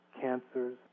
cancers